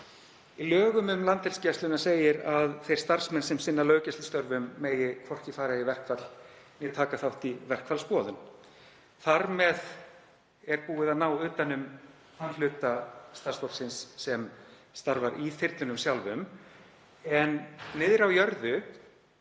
Í lögum um Landhelgisgæsluna segir að þeir starfsmenn sem sinna löggæslustörfum megi hvorki fara í verkfall né taka þátt í verkfallsboðun. Þar með er búið að ná utan um þann hluta starfsfólksins sem starfar í þyrlunum sjálfum en niðri á jörðu